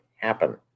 happen